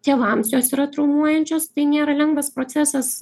tėvams jos yra traumuojančios tai nėra lengvas procesas